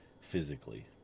physically